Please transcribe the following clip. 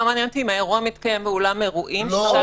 לא מעניין אותי אם האירוע מתקיים באולם אירועים עם